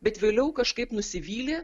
bet vėliau kažkaip nusivylė